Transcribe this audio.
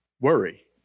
worry